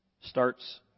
starts